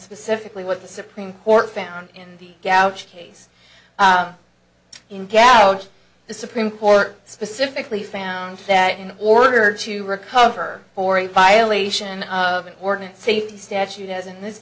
specifically what the supreme court found in the couch case in couch the supreme court specifically found that in order to recover for a violation of an ordinance safety statute as in this